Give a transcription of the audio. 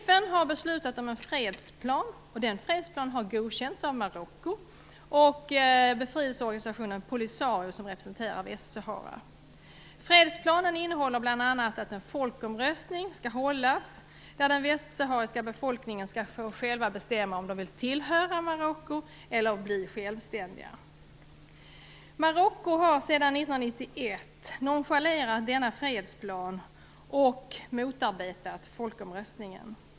FN har beslutat om en fredsplan som har godkänts av Marocko och befrielserörelsen Polisario som representerar Västsahara. Fredsplanen innehåller bl.a. att en folkomröstning skall hållas, där den västsahariska befolkningen själv skall få bestämma om man vill tillhöra Marocko eller om man vill bli självständig. Marocko har sedan 1991 nonchalerat denna fredsplan och motarbetat folkomröstningen.